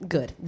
Good